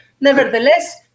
nevertheless